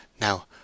Now